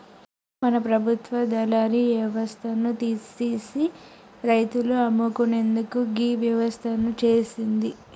మన ప్రభుత్వ దళారి యవస్థను తీసిసి రైతులు అమ్ముకునేందుకు గీ వ్యవస్థను సేసింది